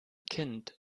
kind